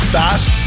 fast